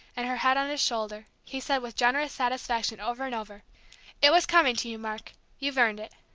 and her head on his shoulder, he said with generous satisfaction over and over it was coming to you, mark you've earned it!